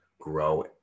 grow